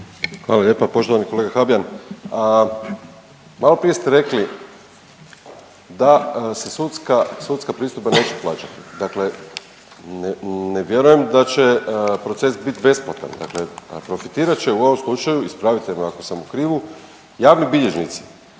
Hvala lijepo. Poštovani kolega Habijan, maloprije ste rekli da, da se sudska pristojba neće plaćati. Dakle, ne vjerujem da će proces biti besplatan, dakle profitirat će u ovom slučaju, ispravite me ako sam u krivu, javni bilježnici.